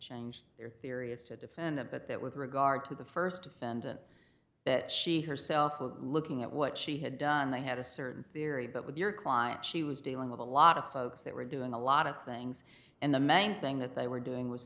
change their theory as to defendant but that with regard to the first defendant that she herself was looking at what she had done they had a certain theory but with your client she was dealing with a lot of folks that were doing a lot of things and the main thing that they were doing was